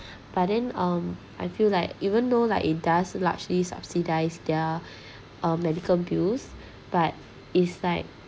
but then um I feel like even though like it does largely subsidise their uh medical bills but is like